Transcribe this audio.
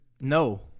No